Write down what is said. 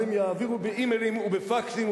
אז הם יעבירו באימיילים ובפקסים,